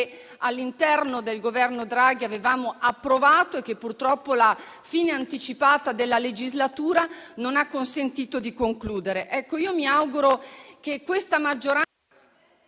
all'interno del Governo Draghi, avevamo approvato e che purtroppo la fine anticipata della legislatura non ha consentito di concludere. Mi auguro che questa maggioranza